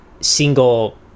single